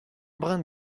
brin